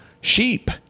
sheep